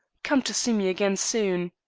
come to see me again soon.